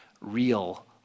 real